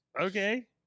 Okay